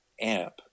amp